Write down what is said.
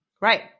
Right